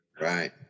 Right